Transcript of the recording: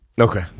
Okay